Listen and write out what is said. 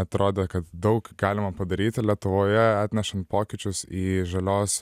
atrodė kad daug galima padaryti lietuvoje atnešam pokyčius į žalios